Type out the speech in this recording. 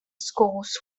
schools